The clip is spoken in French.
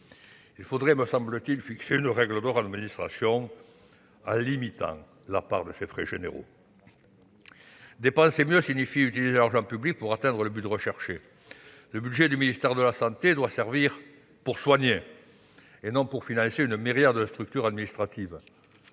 Il faudrait fixer une règle d'or à nos administrations, en limitant la part de ces frais généraux. Dépenser mieux signifie que l'on doit utiliser l'argent public pour atteindre le but recherché. Le budget du ministère de la santé doit servir pour soigner, et non pour financer une myriade de structures administratives.